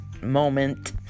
moment